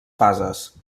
fases